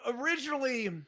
originally